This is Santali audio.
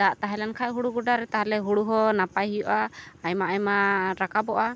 ᱫᱟᱜ ᱛᱟᱦᱮᱸᱞᱮᱱ ᱠᱷᱟᱱ ᱦᱩᱲᱩ ᱜᱚᱰᱟᱨᱮ ᱛᱟᱦᱞᱮ ᱦᱩᱲᱩ ᱦᱚᱸ ᱱᱟᱯᱟᱭ ᱦᱩᱭᱩᱜᱼᱟ ᱟᱭᱢᱟ ᱟᱭᱢᱟ ᱨᱟᱠᱟᱵᱚᱜᱼᱟ